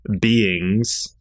beings